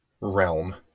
realm